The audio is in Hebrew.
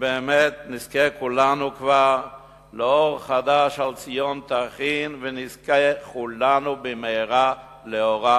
שבאמת נזכה כולנו כבר ל"אור חדש על ציון תאיר ונזכה כולנו במהרה לאורו",